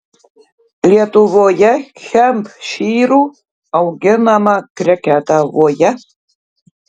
lietuvoje hempšyrų auginama krekenavoje